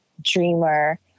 dreamer